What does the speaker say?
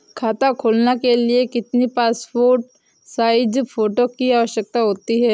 खाता खोलना के लिए कितनी पासपोर्ट साइज फोटो की आवश्यकता होती है?